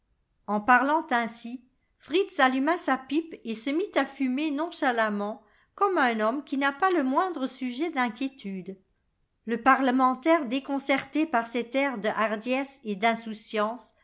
en parlant ainsi fritz alluma sa pipe et se mit à fumer nonchalamment comme un homme qui n'a pas le moindre sujet d'inquiétude le parlemen taire déconcerté par cet air de hardiesse et d'insouciance